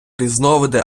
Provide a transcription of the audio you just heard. різновиди